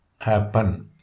happen